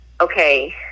Okay